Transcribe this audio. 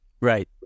Right